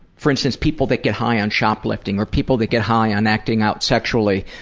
for instance, people that get high on shoplifting, or people that get high on acting out sexually,